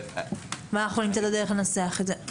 אנחנו ננסח את זה.